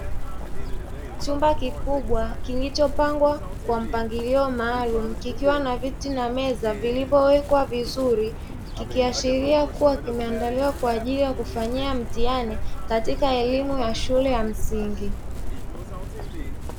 Chumba kikubwa kilichopangwa kwa mpangilio maalumu kikiwa na viti na meza vilivyowekwa vizuri. Kikiashiria kuwa kimeandaliwa kwa ajili ya kufanyia mtihani katika elimu ya shule ya msingi.